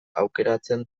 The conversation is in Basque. aukeratzen